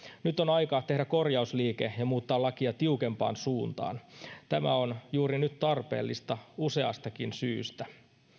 nyt on aika tehdä korjausliike ja muuttaa lakia tiukempaan suuntaan tämä on juuri nyt tarpeellista useastakin syystä